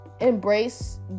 embrace